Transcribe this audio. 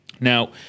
Now